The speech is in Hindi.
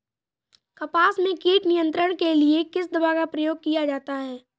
कपास में कीट नियंत्रण के लिए किस दवा का प्रयोग किया जाता है?